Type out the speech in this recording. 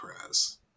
Perez